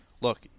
look